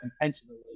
intentionally